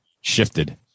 shifted